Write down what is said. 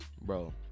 Bro